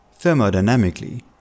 Thermodynamically